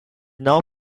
now